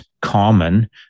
common